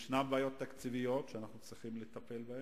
יש בעיות תקציביות שאנחנו צריכים לטפל בהן,